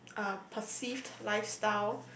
uh perceived lifestyle